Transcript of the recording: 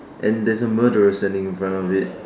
and there is a murderer standing in front of it